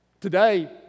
Today